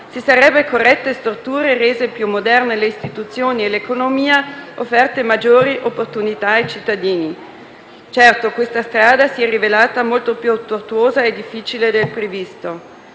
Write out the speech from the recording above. si sarebbero corrette storture, rese più moderne le istituzioni e l'economia, offerte maggiori opportunità ai cittadini. Certo, questa strada si è rivelata molto più tortuosa e difficile del previsto.